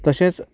तशेंच